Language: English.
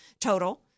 total